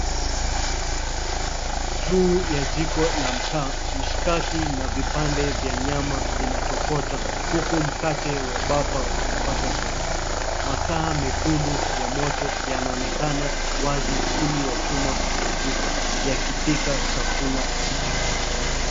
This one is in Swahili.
Juu ya jiko la makaa, mshikaki na vipande vya nyama vinatokota, huku mkate wa bapa ukipata joto. Makaa mekundu ya moto yanaoneka wazi chini ya chuma cha jiko, yakipika chakula hicho.